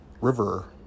river